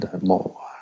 more